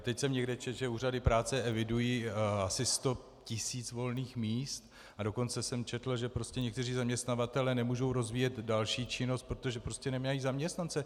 Teď jsem někde četl, že úřady práce evidují asi 100 tis. volných míst, a dokonce jsem četl, že prostě někteří zaměstnavatelé nemůžou rozvíjet další činnost, protože nemají zaměstnance.